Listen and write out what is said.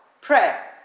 prayer